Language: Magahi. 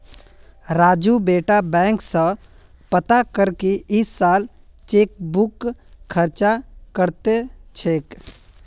राजू बेटा बैंक स पता कर की इस साल चेकबुकेर खर्च कत्ते छेक